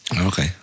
okay